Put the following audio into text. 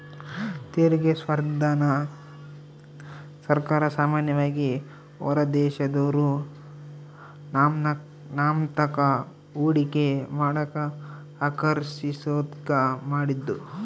ತೆರಿಗೆ ಸ್ಪರ್ಧೆನ ಸರ್ಕಾರ ಸಾಮಾನ್ಯವಾಗಿ ಹೊರದೇಶದೋರು ನಮ್ತಾಕ ಹೂಡಿಕೆ ಮಾಡಕ ಆಕರ್ಷಿಸೋದ್ಕ ಮಾಡಿದ್ದು